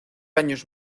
años